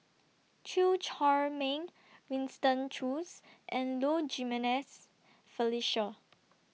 Chew Chor Meng Winston Choos and Low Jimenez Felicia